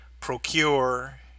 procure